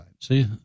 See